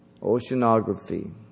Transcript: oceanography